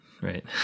right